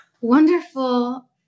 wonderful